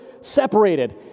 separated